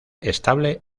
estable